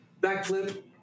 backflip